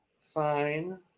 Fine